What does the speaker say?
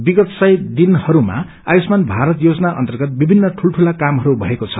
विगत सय दिनहरूमा आयुषमान भारत योजना अर्न्तगत विभिन्न ठूल्ठूला कामहरू भएको छ